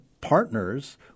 partners